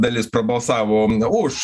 dalis prabalsavo už